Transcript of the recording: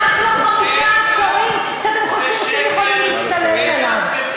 נמאס לו חמישה עשורים שאתם חושבים שאתם יכולים להשתלט עליו.